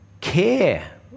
care